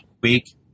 week